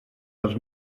dels